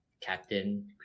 Captain